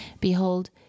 Behold